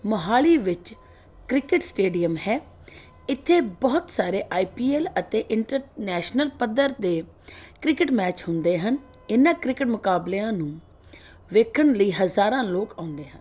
ਮੋਹਾਲੀ ਵਿੱਚ cricket stadium ਹੈ ਇੱਥੇ ਬਹੁਤ ਸਾਰੇ ਆਈ ਪੀ ਐੱਲ ਅਤੇ ਇੰਟਰਨੈਸ਼ਨਲ ਪੱਧਰ ਦੇ ਕ੍ਰਿਕਟ ਮੈਚ ਹੁੰਦੇ ਹਨ ਇਨ੍ਹਾਂ ਕ੍ਰਿਕਟ ਮੁਕਾਬਲਿਆਂ ਨੂੰ ਵੇਖਣ ਲਈ ਹਜ਼ਾਰਾਂ ਲੋਕ ਆਉਂਦੇ ਹਨ